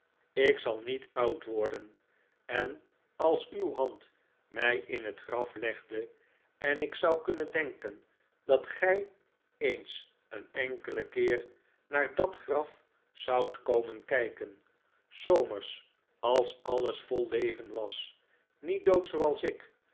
ik zal niet oud worden en als uw hand mij in het graf legde en ik zou kunnen denken dat gij eens een enkelen keer naar dat graf zoudt komen kijken s zomers als alles vol leven was niet dood zooals ik